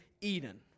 Eden